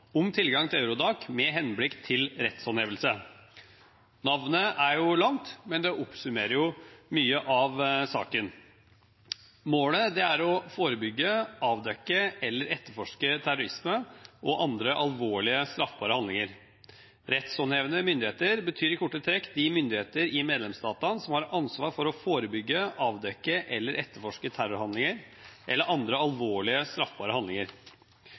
om tilgang til Eurodac med henblikk på rettshåndhevelse». Navnet er langt, men det oppsummerer mye av saken. Målet er å forebygge, avdekke eller etterforske terrorisme og andre alvorlige straffbare handlinger. Rettshåndhevende myndigheter betyr i korte trekk de myndigheter i medlemsstatene som har ansvar for å forebygge, avdekke eller etterforske terrorhandlinger eller andre alvorlige straffbare handlinger.